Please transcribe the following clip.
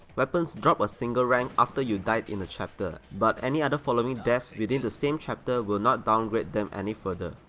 weapons drop a single rank after you died in a chapter but any other following deaths within the same chapter will not downgrade them any further.